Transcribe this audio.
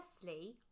firstly